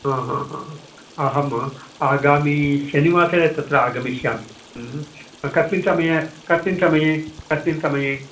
हा हा हा ह अहम् आगामिशनिवासरे तत्र आगमिष्यामि ह्म् कस्मिन् समये कस्मिन् समये कस्मिन् समये